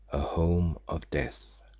a home of death.